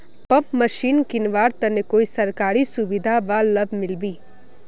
Pump machine किनवार तने कोई सरकारी सुविधा बा लव मिल्बी?